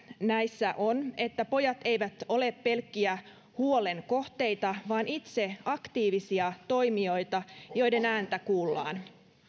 näissä on että pojat eivät ole pelkkiä huolen kohteita vaan itse aktiivisia toimijoita joiden ääntä kuullaan